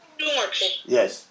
Yes